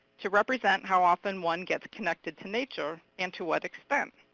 to represent how often one gets connected to nature, and to what extent.